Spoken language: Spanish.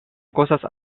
cosas